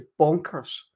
bonkers